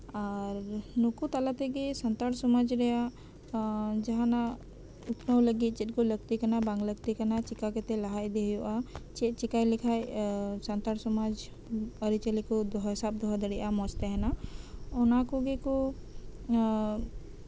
ᱟᱨ ᱱᱩᱠᱩ ᱛᱟᱞᱟ ᱛᱮᱜᱮ ᱥᱟᱱᱛᱟᱲ ᱥᱚᱢᱟᱡ ᱨᱮᱭᱟᱜ ᱡᱟᱦᱟᱸᱱᱟᱜ ᱩᱛᱱᱟᱹᱣ ᱞᱟᱹᱜᱤᱫ ᱪᱮᱫ ᱠᱚ ᱞᱟᱹᱞᱛᱤ ᱠᱟᱱᱟ ᱵᱟᱝ ᱞᱟᱹᱠᱛᱤ ᱠᱟᱱᱟ ᱪᱤᱠᱟᱹ ᱠᱟᱛᱮᱫ ᱞᱟᱦᱟ ᱤᱫᱤ ᱦᱩᱭᱩᱜᱼᱟ ᱪᱮᱫ ᱪᱤᱠᱟᱹ ᱞᱮᱠᱷᱟᱱ ᱥᱟᱱᱛᱟᱲ ᱥᱚᱢᱟᱡ ᱟᱹᱨᱤᱪᱟᱹᱞᱤ ᱠᱚ ᱥᱟᱵ ᱫᱚᱦᱚ ᱫᱟᱲᱮᱭᱟᱜᱼᱟ ᱢᱚᱸᱡᱽ ᱛᱟᱦᱮᱸᱱᱟ ᱚᱱᱟ ᱠᱚᱜᱮ ᱠᱚ